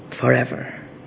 forever